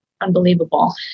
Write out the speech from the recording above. unbelievable